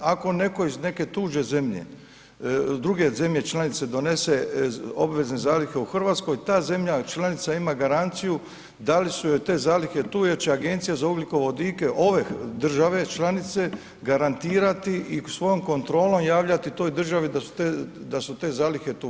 Ako netko iz neke tuđe zemlje, druge zemlje članice donese obvezne zalihe u Hrvatskoj, ta zemlja članica ima garanciju da li su joj te zalihe tu jer će Agencija za ugljikovodike ove države članice garantirati i u svom kontrolom javljati toj državi da su te zalihe tu.